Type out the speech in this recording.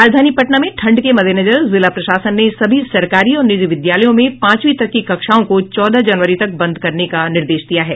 राजधानी पटना में ठंड के मद्देनजर जिला प्रशासन ने सभी सरकारी और निजी विद्यालयों में पांचवीं तक की कक्षाओं को चौदह जनवरी तक बंद करने का निर्देश दिया है